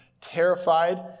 terrified